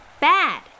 Bad